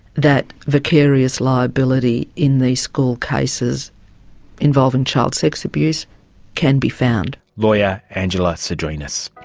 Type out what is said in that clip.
that vicarious liability in these school cases involving child sex abuse can be found. lawyer angela sydrinis